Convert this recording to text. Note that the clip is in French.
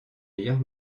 meilleur